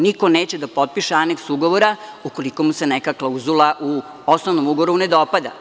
Niko neće da potpiše aneks ugovora ukoliko mu se neka klauzula u osnovnom ugovoru ne dopada.